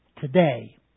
today